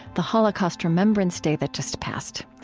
the holocaust remembrance day that just passed.